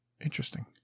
Interesting